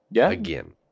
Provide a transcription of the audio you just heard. again